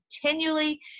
continually